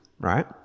right